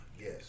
Yes